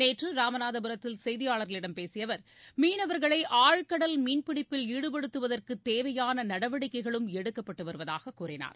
நேற்று ராமநாதபுரத்தில் செய்தியாளர்களிடம் பேசிய அவர் மீனவர்களை ஆழ்கடல் மீன்பிடிப்பில் ஈடுபடுத்துவதற்கு தேவையான நடவடிக்கைகளும் எடுக்கப்பட்டு வருவதாக கூறினார்